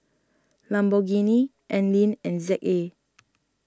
Lamborghini Anlene and Z A